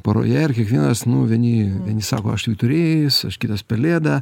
poroje ir kiekvienas nu vieni vieni sako aš vyturys aš kitas pelėda